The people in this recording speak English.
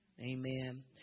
Amen